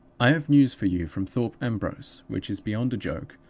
i have news for you from thorpe ambrose, which is beyond a joke,